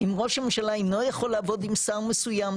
אם ראש הממשלה אינו יכול לעבוד עם שר מסוים,